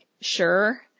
sure